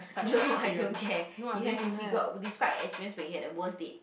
no I don't care you have to figure out describe experience when you had the worst date